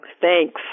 Thanks